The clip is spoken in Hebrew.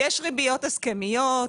יש ריביות הסכמיות,